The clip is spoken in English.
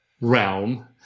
realm